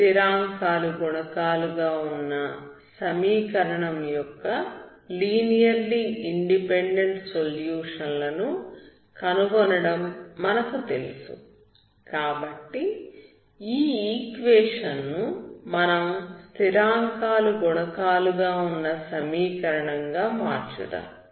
స్థిరాంకాలు గుణకాలు గా ఉన్న సమీకరణం యొక్క లీనియర్లీ ఇండిపెండెంట్ సొల్యూషన్ లను కనుగొనడం మనకు తెలుసు కాబట్టి ఈ సమీకరణం ను మనం స్థిరాంకాలు గుణకాలు గా ఉన్న సమీకరణం గా మార్చుదాం